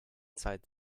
zeit